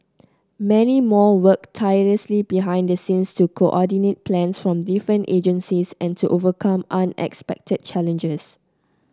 many more worked tirelessly behind the scenes to coordinate plans from different agencies and to overcome unexpected challenges